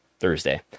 Thursday